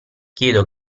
chiedo